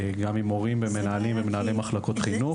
עם מורים ומנהלים ומנהלי מחלקות חינוך.